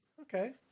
Okay